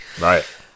Right